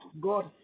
God